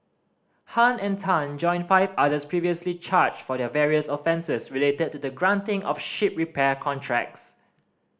Han and Tan join five others previously charged for the various offences related to the granting of ship repair contracts